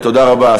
תודה רבה.